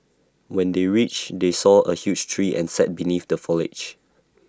when they reached they saw A huge tree and sat beneath the foliage